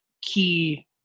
key